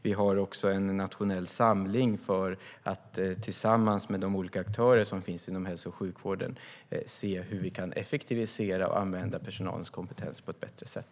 Vi har också en nationell samling för att tillsammans med de olika aktörer som finns inom hälso och sjukvården se hur vi kan effektivisera och använda personalens kompetens på ett bättre sätt.